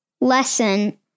lesson